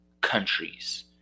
countries